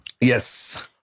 yes